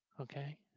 Okay